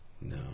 No